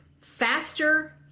faster